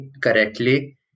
correctly